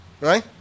Right